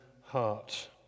heart